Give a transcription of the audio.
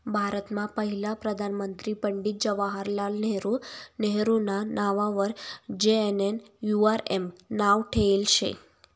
भारतमा पहिला प्रधानमंत्री पंडित जवाहरलाल नेहरू नेहरूना नाववर जे.एन.एन.यू.आर.एम नाव ठेयेल शे